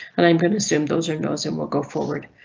and i'm going to assume those are knows and will go forward.